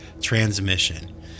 Transmission